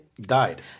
died